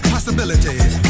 Possibilities